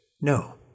no